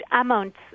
amounts